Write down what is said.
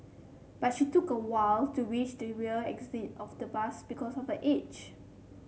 but she took a while to reach the rear exit of the bus because of her age